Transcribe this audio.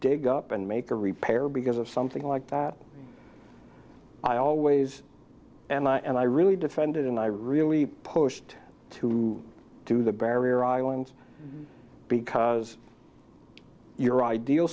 dig up and make a repair because of something like that i always and i really defended and i really pushed to do the barrier island because your ideal